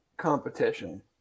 competition